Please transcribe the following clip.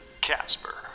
Casper